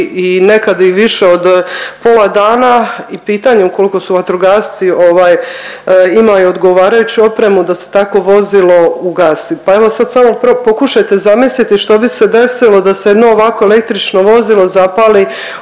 i nekad i više od pola dana i pitanje ukoliko su vatrogasci imaju odgovarajuću opremu da se takvo vozilo ugasi. Pa evo sad samo pokušajte zamisliti što bi se desilo da se jedno ovako električno vozilo zapali